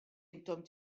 intom